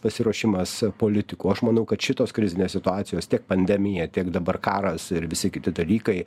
pasiruošimas politikų aš manau kad šitos krizinės situacijos tiek pandemija tiek dabar karas ir visi kiti dalykai